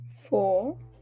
four